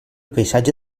paisatge